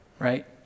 Right